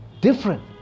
different